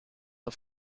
for